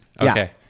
Okay